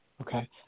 Okay